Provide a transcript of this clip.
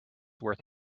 worth